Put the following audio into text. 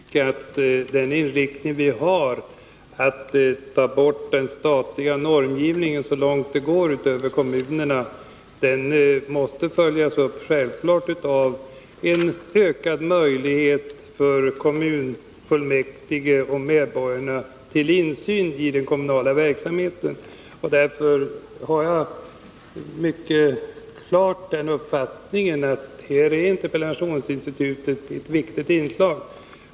Herr talman! Jag vill bara understryka att den inriktning vi har att så långt det går ta bort den statliga normgivningen när det gäller kommunerna självfallet måste följas upp med ökade möjligheter för kommunfullmäktige och medborgarna till insyn i den kommunala verksamheten. Och jag har den mycket klara uppfattningen att interpellationsinstitutet här är ett viktigt inslag.